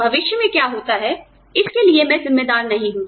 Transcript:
भविष्य में क्या होता है इसके लिए मैं जिम्मेदार नहीं हूँ